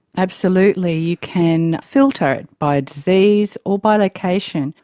absolutely, you can filter it by disease or by location.